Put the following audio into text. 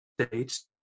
states